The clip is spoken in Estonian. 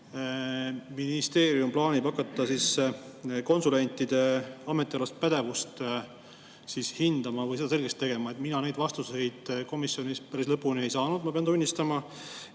ministeerium plaanib hakata konsulentide ametialast pädevust hindama või seda selgeks tegema? Mina neid vastuseid komisjonis päris lõpuni ei saanud, ma pean tunnistama.